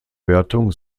wertung